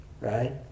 right